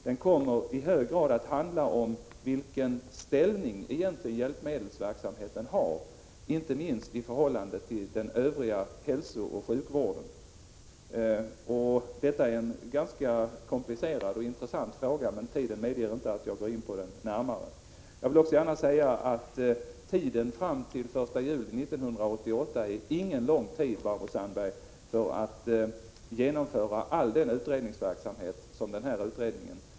Den kommer i hög grad att handla om vilken ställning hjälpmedelsverksamheten egentligen har, inte minst i förhållande till den övriga hälsooch sjukvården. Detta är en ganska komplicerad och intressant fråga, men tiden medger inte att jag går närmare in på den. Jag vill gärna säga att tiden fram till den 1 juli 1988 inte är någon lång tid för att genomföra all denna utredningsverksamhet, Barbro Sandberg.